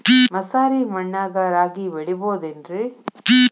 ಮಸಾರಿ ಮಣ್ಣಾಗ ರಾಗಿ ಬೆಳಿಬೊದೇನ್ರೇ?